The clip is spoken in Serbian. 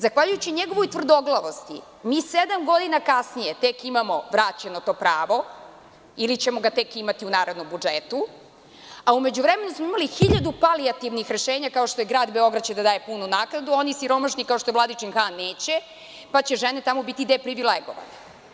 Zahvaljujući njegovoj tvrdoglavosti, mi sedam godina kasnije imamo vraćeno to pravo ili ćemo ga tek imati u narednom budžetu, a u međuvremenu smo imali hiljadu rešenja, kao što je da će grad Beograd da daje punu naknadu, a oni siromašni kao što je Vladičin Han neće, pa će žene tamo biti deprivilegovane.